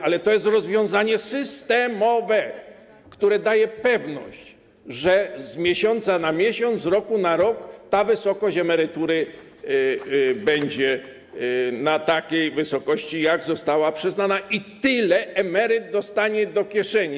Ale to jest rozwiązanie systemowe, które daje pewność, że z miesiąca na miesiąc, z roku na rok emerytura będzie w takiej wysokości, jak została przyznana, i tyle emeryt dostanie do kieszeni.